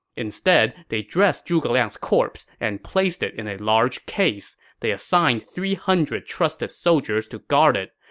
instead, they dressed zhuge liang's corpse and placed it in a large case. they assigned three hundred trusted soldiers to guard it.